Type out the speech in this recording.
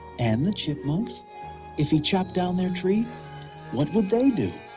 and the chipmunks if he chopped down their tree what would they do?